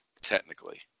technically